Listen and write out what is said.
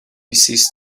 ceased